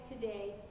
today